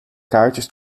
kaartjes